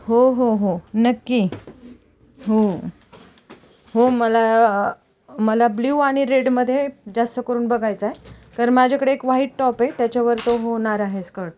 हो हो हो नक्की हो हो मला मला ब्ल्यू आणि रेडमध्ये जास्त करून बघायचा आहे कारण माझ्याकडे एक व्हाईट टॉप आहे त्याच्यावर तो होणार आहे स्कट